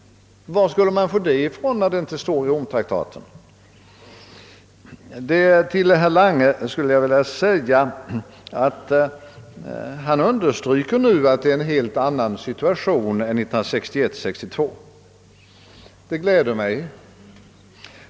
Varifrån skulle man få en sådan, när inget härom förekommer i Romtraktaten? Herr Lange understryker nu att situationen är en helt annan än 1961—1962. Detta gläder mig.